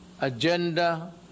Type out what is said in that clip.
agenda